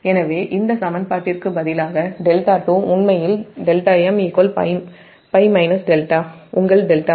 எனவே இந்த சமன்பாட்டிற்கு பதிலாக δ2 உண்மையில் δm π உங்கள் δ1